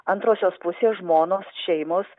antrosios pusės žmonos šeimos